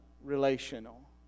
relational